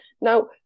Now